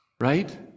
right